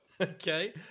Okay